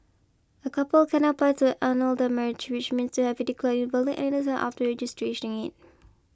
a couple can apply to annul their marriage which means to have it declared invalid any time after registering it